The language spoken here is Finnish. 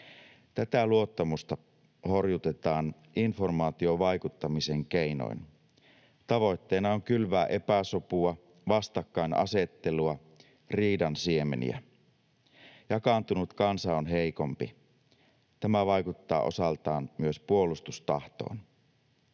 Tätä luottamusta horjutetaan informaatiovaikuttamisen keinoin. Tavoitteena on kylvää epäsopua, vastakkainasettelua, riidan siemeniä. Jakaantunut kansa on heikompi. Tämä vaikuttaa osaltaan myös puolustustahtoon.